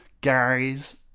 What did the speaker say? guys